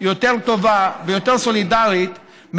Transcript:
יותר טובה ויותר סולידרית,